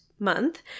Month